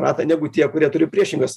ratą negu tie kurie turi priešingas